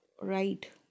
right